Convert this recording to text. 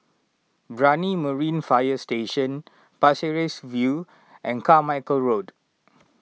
Brani Marine Fire Station Pasir Ris View and Carmichael Road